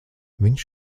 viņš